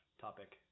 topic